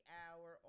hour